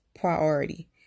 priority